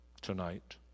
tonight